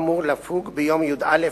בבקשה, אדוני.